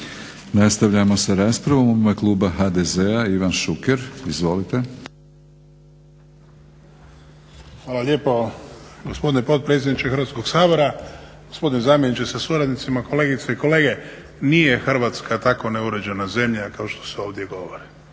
Nastavljamo sa raspravom. U ime kluba HDZ-a Ivan Šuker. Izvolite. **Šuker, Ivan (HDZ)** Hvala lijepo gospodine potpredsjedniče Hrvatskog sabora, gospodine zamjeniče sa suradnicima, kolegice i kolege nije Hrvatska tako neuređena zemlja kao što se ovdje govori.